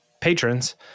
patrons